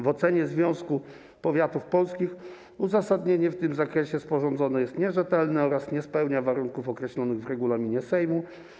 W ocenie Związku Powiatów Polskich uzasadnienie w tym zakresie sporządzone jest nierzetelnie oraz nie spełnia warunków określonych w regulaminie Sejmu.